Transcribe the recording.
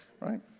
right